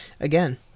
Again